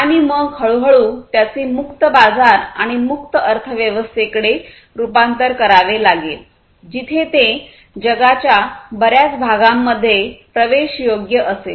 आणि मग हळूहळू त्याचे मुक्त बाजार आणि मुक्त अर्थव्यवस्थेकडे रूपांतर करावे लागेल जिथे ते जगाच्या बर्याच भागांमध्ये प्रवेशयोग्य असेल